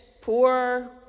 poor